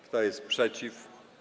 Kto jest przeciw?